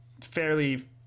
fairly